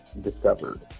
discovered